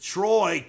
Troy